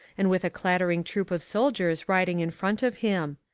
and with a clattering troop of soldiers riding in front of him.